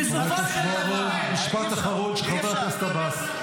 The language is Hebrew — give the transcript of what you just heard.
ישראל --- משפט אחרון של חבר הכנסת עבאס.